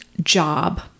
job